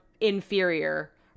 Inferior